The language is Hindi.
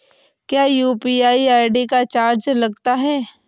क्या यू.पी.आई आई.डी का चार्ज लगता है?